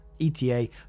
ETA